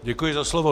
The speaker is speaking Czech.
Děkuji za slovo.